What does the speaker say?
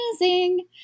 amazing